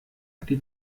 die